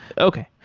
okay.